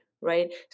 right